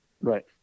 Right